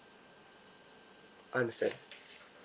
I understand